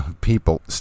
people